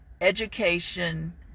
education